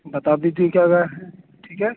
بتا دیجیے کیا رائے ہے ٹھیک ہے